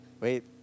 Wait